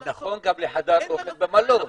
זה נכון גם לחדר אוכל במלון.